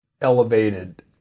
elevated